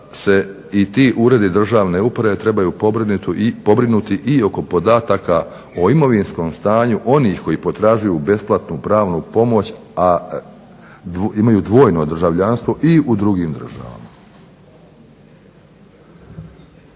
i ti Uredi državne uprave trebaju pobrinuti i oko podataka o imovinskom stanju onih koji potražuju besplatnu pravnu pomoć, a imaju dvojno državljanstvo i u drugim državama.